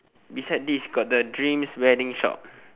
beside this got the dreams wedding shop